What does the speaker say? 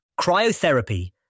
Cryotherapy